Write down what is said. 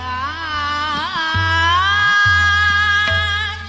aa